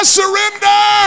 surrender